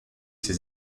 ses